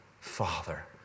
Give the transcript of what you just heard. father